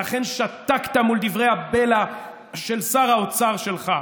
ולכן שתקת מול דברי הבלע של שר האוצר שלך.